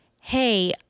Hey